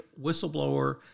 whistleblower